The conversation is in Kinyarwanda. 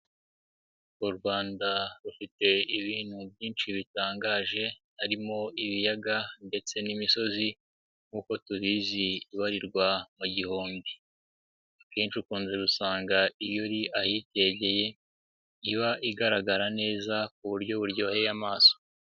U Rwanda rufite ibintu byinshi bitangaje harimo ibiyaga ndetse n'imisozi nk'uko tubizi ibarirwa mu gihumbi. Akenshi ukunze gusanga iyo uri ahikegeye iba igaragara neza ku buryo bu buryoheye amaso.